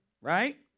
Right